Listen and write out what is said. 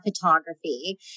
photography